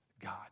God